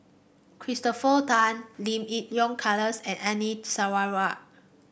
Christopher Tan Lim Yi Yong Charles and Anita Sarawak